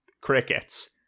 Crickets